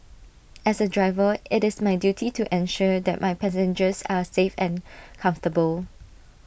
as A driver IT is my duty to ensure the my passengers are safe and comfortable